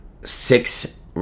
six